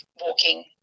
walking